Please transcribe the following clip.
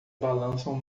balançam